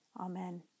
Amen